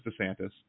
DeSantis